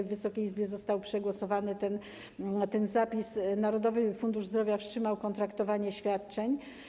W Wysokiej Izbie został przegłosowany zapis i Narodowy Fundusz Zdrowia wstrzymał kontraktowanie świadczeń.